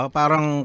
parang